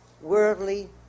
worldly